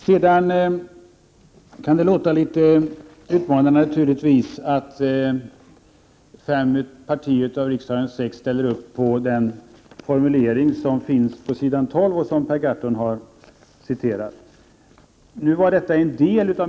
Det kan naturligtvis låta litet utmanande att fem av riksdagens sex partier ställer sig bakom utskottets formulering på s. 12, som Per Gahrton citerade.